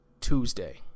Tuesday